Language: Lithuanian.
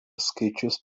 skaičius